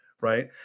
right